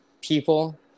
people